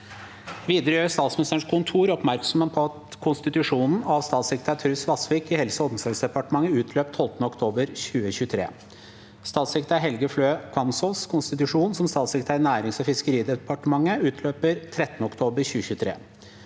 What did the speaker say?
Videre gjør Statsministerens kontor oppmerksom på at konstitusjonen av statssekretær Truls Vasvik i Helse- og omsorgsdepartementet utløp 12. oktober 2023. Statssekretær Helge Flø Kvamsås’ konstitusjon som statssekretær i Nærings- og fiskeridepartementet utløper 13. oktober 2023.»